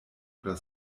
oder